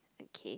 okay